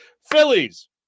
Phillies